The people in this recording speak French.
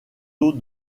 eaux